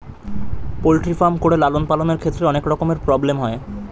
poultry farm করে লালন পালনের ক্ষেত্রে অনেক রকমের প্রব্লেম হয়